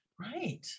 Right